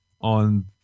on